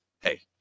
hey